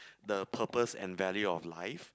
the purpose and value of life